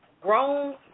Grown